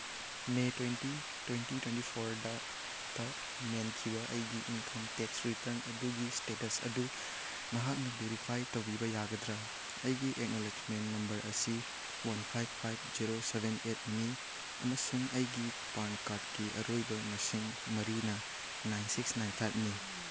ꯃꯦ twenty twenty twenty ꯐꯣꯔꯗꯇ ꯃꯦꯟꯈꯤꯕ ꯑꯩꯒꯤ ꯏꯪꯀꯝ ꯇꯦꯛꯁ ꯔꯤꯇꯟ ꯑꯗꯨꯒꯤ ꯏꯁꯇꯦꯇꯁ ꯑꯗꯨ ꯅꯍꯥꯛꯅ ꯚꯦꯔꯤꯐꯥꯏ ꯇꯧꯕꯤꯕ ꯌꯥꯒꯗ꯭ꯔꯥ ꯑꯩꯒꯤ ꯑꯦꯛꯅꯣꯂꯦꯖꯃꯦꯟ ꯅꯝꯕꯔ ꯑꯁꯤ one five five zero seven ꯑꯩꯠꯅꯤ ꯑꯃꯁꯨꯡ ꯑꯩꯒꯤ ꯄꯥꯟ ꯀꯥꯔꯠꯀꯤ ꯑꯔꯣꯏꯕ ꯃꯁꯤꯡ ꯃꯔꯤꯅ ꯅꯥꯏꯟ ꯁꯤꯛꯁ ꯅꯥꯏꯟ ꯐꯥꯏꯚꯅꯤ